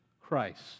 Christ